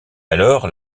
alors